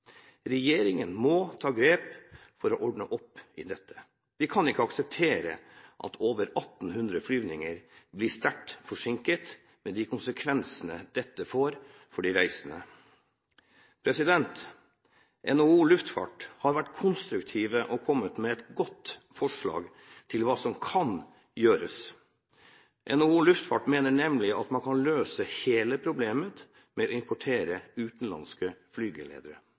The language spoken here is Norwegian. Regjeringen må ta grep for å ordne opp i dette. Vi kan ikke akseptere at over 1 800 flygninger blir sterkt forsinket, med de konsekvensene dette får for de reisende. NHO Luftfart har vært konstruktive og kommet med et godt forslag til hva som kan gjøres. NHO Luftfart mener nemlig at man kan løse hele problemet ved å importere utenlandske flygeledere,